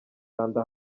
kanda